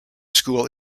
school